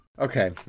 Okay